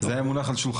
זה היה מונח על שולחנה.